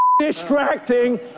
distracting